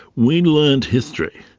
we learned history.